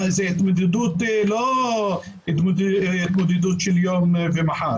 זו לא התמודדות של מהיום למחר,